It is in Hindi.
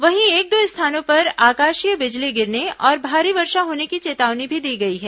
वहीं एक दो स्थानों पर आकाशीय बिजली गिरने और भारी वर्षा होने की चेतावनी भी दी गई है